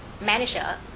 manager